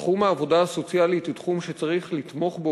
תחום העבודה הסוציאלית הוא תחום שצריך לתמוך בו